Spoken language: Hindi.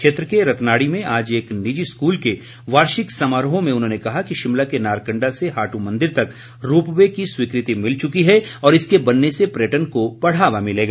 क्षेत्र के रतनाड़ी में आज एक निजी स्कूल के वार्षिक समारोह में उन्होंने कहा कि शिमला के नारकण्डा से हाटू मंदिर तक रोपवे की स्वीकृति मिल चुकी है और इसके बनने से पर्यटन को बढ़ावा मिलेगा